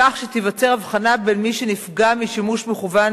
כך שתיווצר הבחנה בין במי שנפגע משימוש מכוון